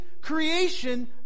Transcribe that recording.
creation